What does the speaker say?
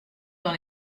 dans